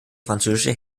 französische